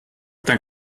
dann